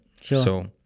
Sure